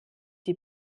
die